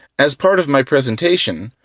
as part of my presentation,